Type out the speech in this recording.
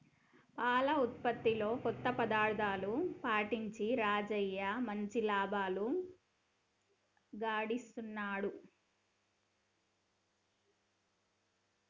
పాల ఉత్పత్తిలో కొత్త పద్ధతులు పాటించి రాజయ్య మంచి లాభాలు గడిస్తున్నాడు